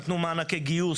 נתנו מענקי גיוס,